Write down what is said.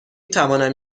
توانم